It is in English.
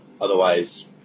otherwise